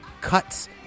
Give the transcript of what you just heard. cuts